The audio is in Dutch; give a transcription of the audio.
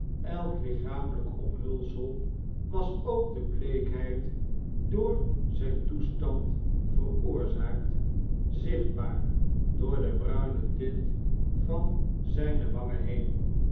elk lichamelijk omhulsel was ook de bleekheid door zjjn toestand veroorzaakt zichtbaar door de bruine tint van zjjne wangen heen